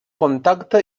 contacte